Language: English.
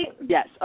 Yes